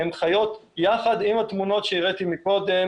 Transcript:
הן חיות יחד עם התמונות שהראיתי קודם,